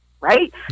right